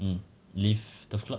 mm leave turf club